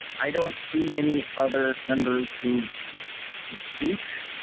i don't see any other members who've to speak.